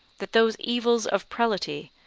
that those evils of prelaty,